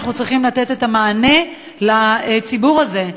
אנחנו צריכים לתת את המענה לציבור הזה,